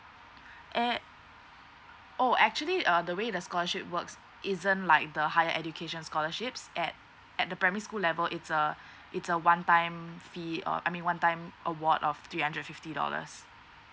eh oh actually err the way the scholarship works isn't like the higher education scholarships at at the primary school level it's a it's a one time fee or I mean one time award of three hundred fifty dollars